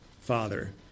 father